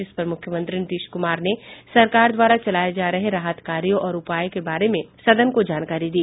जिसपर मुख्यमंत्री नीतीश कुमार ने सरकार द्वारा चलाये जा रहे राहत कार्यों और उपायों के बारे में सदन को जानकारी दी